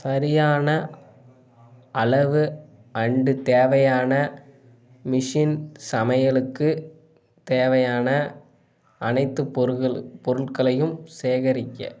சரியான அளவு அண்டு தேவையான மிஷின் சமையலுக்கு தேவையான அனைத்து பொருட்கள் பொருட்களையும் சேகரிக்க